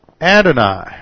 Adonai